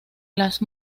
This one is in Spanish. las